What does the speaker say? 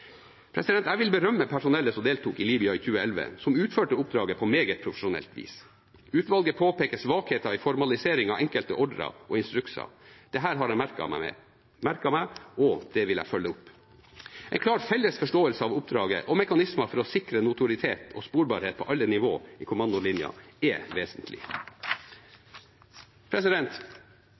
Jeg vil berømme personellet som deltok i Libya i 2011, som utførte oppdraget på meget profesjonelt vis. Utvalget påpeker svakheter i formalisering av enkelte ordre og instrukser. Dette har jeg merket meg, og det vil jeg følge opp. En klar felles forståelse av oppdraget og mekanismer for å sikre notoritet og sporbarhet på alle nivåer i kommandolinjen er vesentlig.